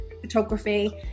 photography